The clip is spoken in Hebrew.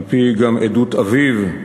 על-פי גם עדות אביו,